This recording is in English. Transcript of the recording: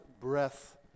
breath